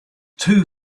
too